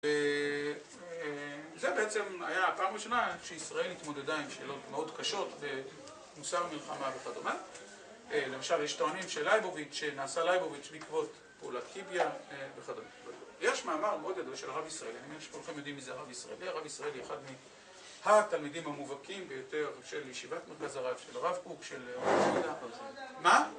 זה בעצם היה הפעם הראשונה שישראל התמודדה עם שאלות מאוד קשות במוסר מלחמה וכדומה למשל יש טוענים של לייבוביץ', שנעשה לייבוביץ' בעקבות פעולת קיביה וכדומה יש מאמר מאוד ידוע של הרב ישראלי, אני מניח שכולכם יודעים מי זה הרב ישראלי הרב ישראלי אחד מהתלמידים המובהקים ביותר של ישיבת מרכז הרב, של הרב קור, של... מה?